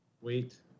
wait